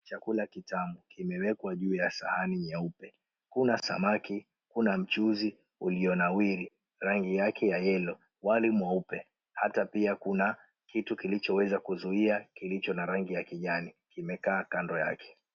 Chakula kitamu kimewekwa juu ya sahani nyeupe kuna samaki kuna mchuzi ulionawiri ran𝑔𝑖 yake ya yellow wali mweupe hata pia kuna kitu kilichoweza kuzuia kilicho rangi ya kijani kimekaa kando yake.